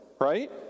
right